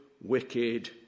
wicked